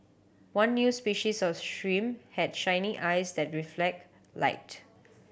one new species of shrimp had shiny eyes that reflect light